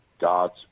God's